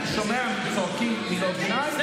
זה